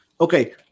Okay